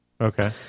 Okay